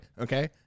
okay